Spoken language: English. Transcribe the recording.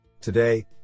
Today